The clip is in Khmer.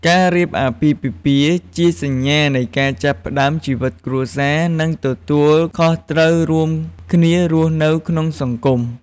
ការរៀបអាពាហ៍ពិពាហ៍ ជាសញ្ញានៃការចាប់ផ្តើមជីវិតគ្រួសារ និងទទួលខុសត្រូវរួមគ្នារស់នៅក្នុងសង្គម។